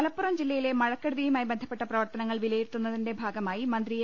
മലപ്പുറം ജില്ലയിലെ മഴക്കെടുതിയുമായി ബന്ധപ്പെട്ട പ്രവർത്തനങ്ങൾ വിലയിരുത്തുന്നതിന്റെ ഭാഗമായി മന്ത്രി എ